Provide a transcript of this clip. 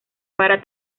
para